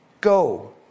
go